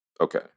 Okay